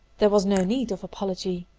there was no need of apology.